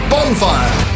Bonfire